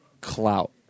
clout